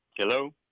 Hello